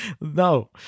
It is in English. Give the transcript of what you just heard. No